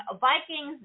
Vikings